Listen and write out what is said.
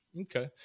okay